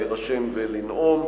להירשם ולנאום,